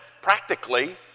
practically